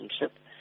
relationship